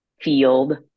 field